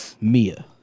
Mia